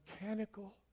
mechanical